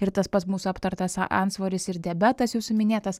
ir tas pats mūsų aptartas a antsvoris ir diabetas jūsų minėtas